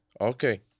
Okay